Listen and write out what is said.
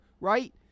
right